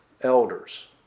elders